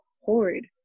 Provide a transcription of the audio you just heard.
horrid